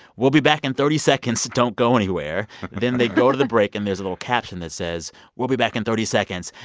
we'll be back in thirty seconds. don't go anywhere then they go to the break, and there's a little caption that says we'll be back in thirty seconds.